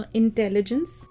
intelligence